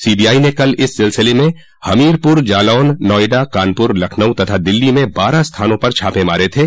CBI ने कल इस सिलसिले में हमीरपुर जालौन नोएडा कानपुर लखनऊ तथा दिल्ली में बारह स्थानों पर छापे मारे थे